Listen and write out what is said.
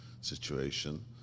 situation